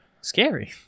Scary